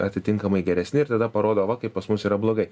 atitinkamai geresni ir tada parodo va kaip pas mus yra blogai